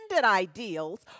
ideals